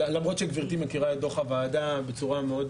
למרות שגברתי מכירה את דוח הוועדה בצורה מעמיקה,